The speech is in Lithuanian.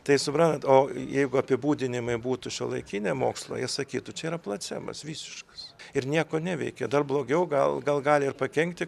tai suprantat o jeigu apibūdinimai būtų šiuolaikiniai mokslo jie sakytų čia yra placebas visiškas ir nieko neveikia dar blogiau gal gal gali ir pakenkti